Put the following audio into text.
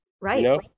right